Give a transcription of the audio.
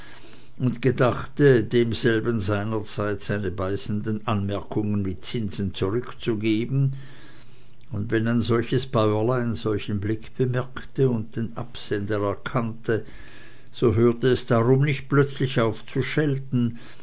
und gedachte demselben seinerzeit seine beißenden anmerkungen mit zinsen zurückzugeben und wenn ein solches bäuerlein solchen blick bemerkte und den absender erkannte so hörte es darum nicht plötzlich auf zu schelten